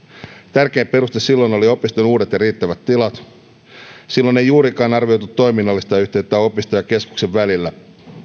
tärkein peruste silloin oli opiston uudet ja riittävät tilat silloin ei juurikaan arvioitu toiminnallista yhteyttä opiston ja keskuksen välillä vuoden